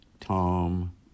Tom